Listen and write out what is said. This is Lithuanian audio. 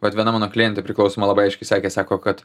vat viena mano klientė priklausoma labai aiškiai sakė sako kad